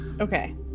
okay